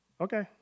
okay